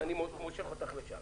ואני מושך אותם לשם